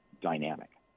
dynamic